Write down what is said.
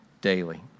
daily